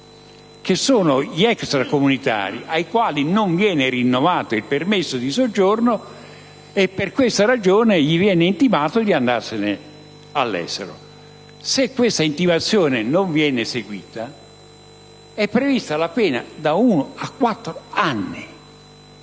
degli extracomunitari ai quali non viene rinnovato il permesso di soggiorno e per questa ragione viene loro intimato di tornare all'estero. Se questa intimazione non viene eseguita, è prevista la pena da uno a quattro anni.